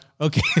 Okay